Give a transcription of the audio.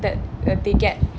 that uh they get